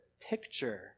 picture